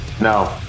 No